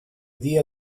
dia